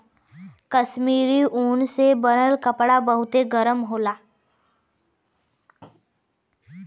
कश्मीरी ऊन से बनल कपड़ा बहुते गरम होला